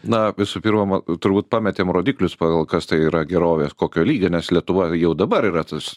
na visų pirma ma turbūt pametėm rodiklius pagal kas tai yra gerovės kokio lygio nes lietuva jau dabar yra tas